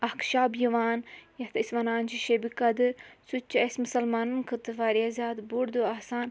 اَکھ شب یِوان یَتھ أسۍ وَنان چھِ شَب قدٕر سُہ تہِ چھُ اسہِ مُسلمانَن خٲطرٕ واریاہ زیادٕ بوٚڑ دۄہ آسان